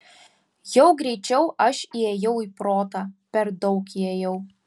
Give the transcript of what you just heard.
jau greičiau aš įėjau į protą per daug įėjau